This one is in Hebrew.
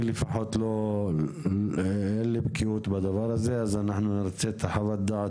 אני לא בקי בזה ולכן נרצה את חוות הדעת